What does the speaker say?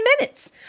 minutes